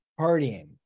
partying